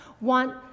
want